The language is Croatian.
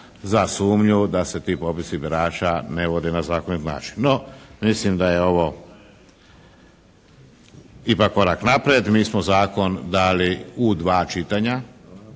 za sumnju da se ti popisi birača ne vode na zakonit način. No mislim da je ovo ipak korak naprijed. Mi smo zakon dali u dva čitanja.